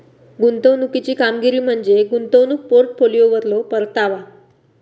गुंतवणुकीची कामगिरी म्हणजे गुंतवणूक पोर्टफोलिओवरलो परतावा